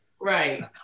Right